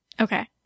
Okay